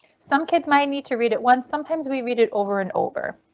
some kids might need to read it once sometimes we read it over and over.